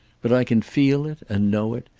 but i can feel it, and know it,